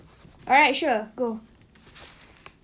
alright sure go